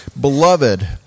Beloved